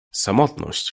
samotność